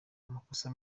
amakosa